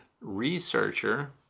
researcher